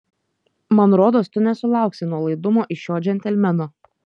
man rodos tu nesulauksi nuolaidumo iš šio džentelmeno